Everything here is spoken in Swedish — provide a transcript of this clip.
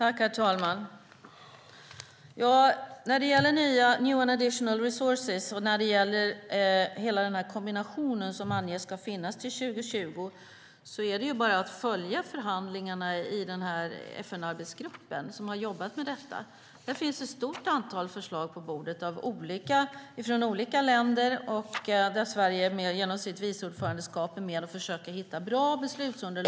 Herr talman! När det gäller new and additional resources och när det gäller hela den kombination som man anger ska finnas till 2020 är det bara att följa förhandlingarna i den FN-arbetsgrupp som har jobbat med detta. Där finns ett stort antal förslag på bordet från olika länder, och där är Sverige med och försöker genom sitt vice ordförandeskap hitta bra beslutsunderlag.